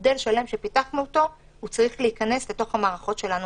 זה מודל שלם שפיתחנו והוא צריך להיכנס למערכות שלנו.